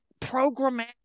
programmatic